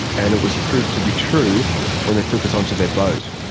and it was proved to be true when they took us onto their boat.